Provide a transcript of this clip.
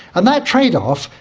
and that trade-off,